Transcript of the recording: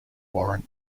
warrant